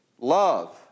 Love